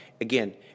again